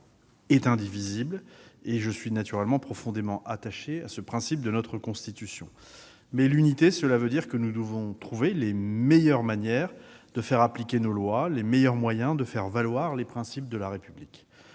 et indivisible, et je suis naturellement profondément attaché à ce principe de notre Constitution. Toutefois, l'unité signifie que nous devons trouver les meilleures manières de faire appliquer nos lois, les meilleurs moyens de faire valoir les principes de la République.